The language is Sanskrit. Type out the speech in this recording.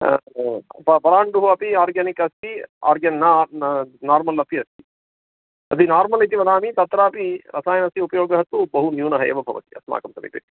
ह अपि पलाण्डुः अपि आर्गेनिक् अस्ति आर्गेन् न नार्मल् अपि अस्ति तदि नार्मल् इति वदामि तत्रापि रसायनस्य उपयोगः तु बहु न्यूनः एव भवति अस्माकं समीपे